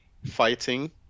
Fighting